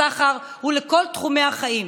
הסחר וכל תחומי החיים.